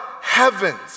heavens